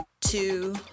two